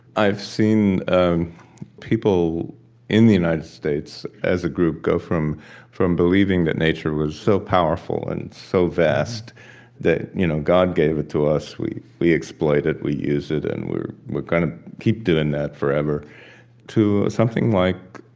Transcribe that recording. i've seen and people in the united states, as a group, go from from believing that nature was so powerful and so vast that you know god gave it to us. we we exploit it, we use it, and we're we're going to keep doing that forever to something like